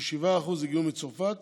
כ-7% הגיעו מצרפת